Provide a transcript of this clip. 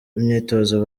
imyitozo